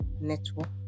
Network